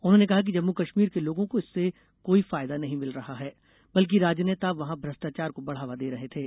उन्होंने कहा कि जम्मू कश्मीर के लोगों को इसर्स कोई फायदा नहीं मिल रहा है बल्कि राजनेता वहां भ्रष्टाचार को बढ़ावा दे रहे थे